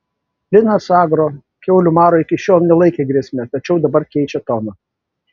linas agro kiaulių maro iki šiol nelaikė grėsme tačiau dabar keičia toną